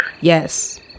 Yes